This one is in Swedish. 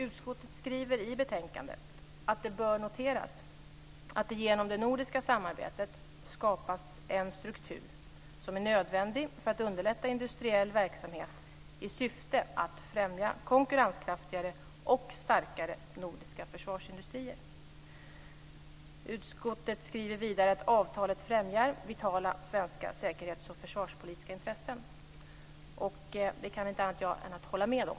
Utskottet skriver i betänkandet att det bör noteras att det genom det nordiska samarbetet skapas en struktur som är nödvändig för att underlätta industriell verksamhet i syfte att främja konkurrenskraftigare och starkare nordiska försvarsindustrier. Utskottet skriver vidare att avtalet främjar vitala svenska säkerhets och försvarspolitiska intressen. Det kan jag inte annat än hålla med om.